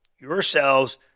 yourselves